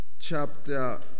chapter